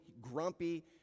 grumpy